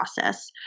process